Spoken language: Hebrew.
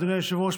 אדוני היושב-ראש,